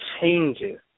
changes